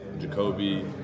jacoby